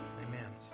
Amen